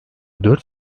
dört